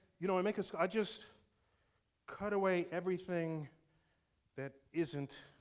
you know, and like so i just cut away everything that isn't